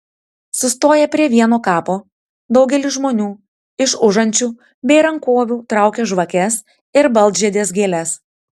sustoję prie vieno kapo daugelis žmonių iš užančių bei rankovių traukia žvakes ir baltžiedes gėles